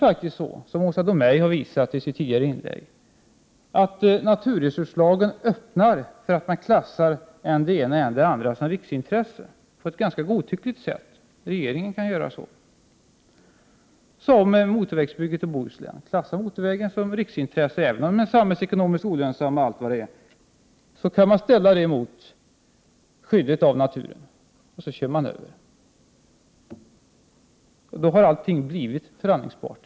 Naturresurslagen ger möjlighet att ganska godtyckligt klassa än det ena än det andra som ett riksintresse — vilket Åsa Domeij visade på i sitt anförande. Regeringen kan göra detta. Den kan klassa motorvägsbygget i Bohuslän såsom ett riksintresse, även om vägen blir samhällsekonomiskt olönsam. Detta ställer man mot skyddet av naturen, och så kör man över naturresurslagen. Då har allting blivit förhandlingsbart.